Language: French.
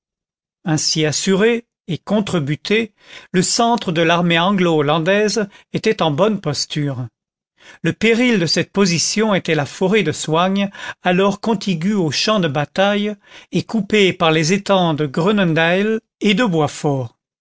ainsi assuré et contre buté le centre de l'armée anglo hollandaise était en bonne posture le péril de cette position était la forêt de soignes alors contiguë au champ de bataille et coupée par les étangs de groenendael et de